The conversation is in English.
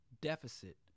deficit